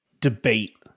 Debate